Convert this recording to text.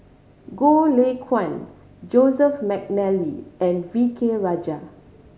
Goh Lay Kuan Joseph McNally and V K Rajah